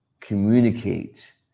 communicate